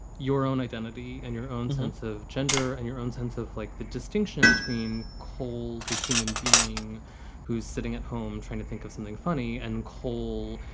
your own identity and your own sense of gender and your own sense of like the distinction between cold the human being who's sitting at home trying to think of something funny and cold,